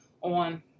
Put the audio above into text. on